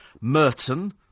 Merton